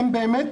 הן באמת